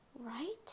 Right